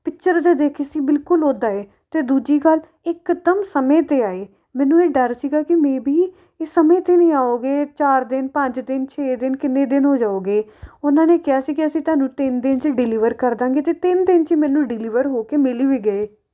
picture 'ਚ ਦੇਖੇ ਸੀ ਬਿਲਕੁਲ ਉੱਦਾਂ ਹੈ ਅਤੇ ਦੂਜੀ ਗੱਲ ਇੱਕ ਦਮ ਸਮੇਂ 'ਤੇ ਆਏ ਮੈਨੂੰ ਇਹ ਡਰ ਸੀਗਾ ਕਿ ਮੇਅ ਬੀ ਇਹ ਸਮੇਂ 'ਤੇ ਨਹੀਂ ਆਓਗੇ ਚਾਰ ਦਿਨ ਪੰਜ ਦਿਨ ਛੇ ਦਿਨ ਕਿੰਨੇ ਦਿਨ ਹੋ ਜਾਓਗੇ ਉਹਨਾਂ ਨੇ ਕਿਹਾ ਸੀ ਕਿ ਅਸੀਂ ਤੁਹਾਨੂੰ ਤਿੰਨ ਦਿਨ 'ਚ ਡਿਲੀਵਰ ਕਰ ਦਾਂਗੇ ਅਤੇ ਤਿੰਨ ਦਿਨ 'ਚ ਹੀ ਮੈਨੂੰ ਡਿਲੀਵਰ ਹੋ ਕੇ ਮਿਲ ਵੀ ਗਏ